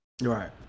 Right